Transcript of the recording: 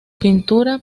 pintura